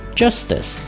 justice